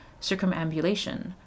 circumambulation